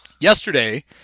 Yesterday